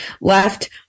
left